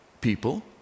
people